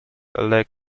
elect